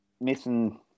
missing